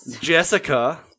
jessica